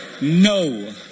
No